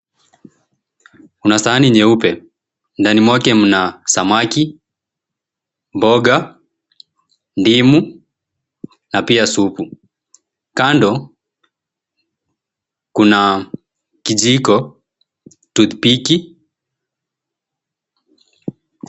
Kuna sahani nyeupe. Ndani mwake mna samaki, mboga, ndimu, na pia supu. Kando kuna kijiko, toothpick .